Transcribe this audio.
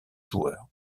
joueur